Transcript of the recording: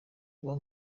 mbuga